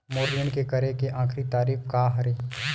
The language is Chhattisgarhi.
मोर ऋण के करे के आखिरी तारीक का हरे?